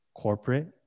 Corporate